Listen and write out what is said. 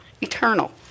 eternal